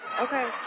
Okay